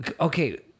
Okay